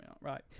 Right